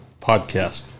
podcast